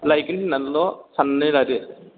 लायगोन होननानैल' साननानै लादो